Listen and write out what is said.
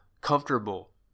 comfortable